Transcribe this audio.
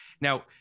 Now